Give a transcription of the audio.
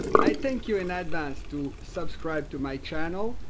i thank you in advance to subscribe to my channel,